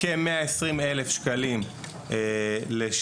כ-120 אלף שקלים לשנה,